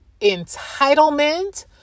entitlement